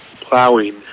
plowing